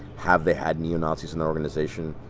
have they had neo-nazis in their organization?